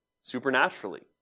supernaturally